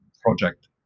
project